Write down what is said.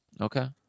Okay